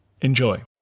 Enjoy